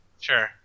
Sure